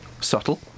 Subtle